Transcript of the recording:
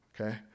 Okay